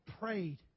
prayed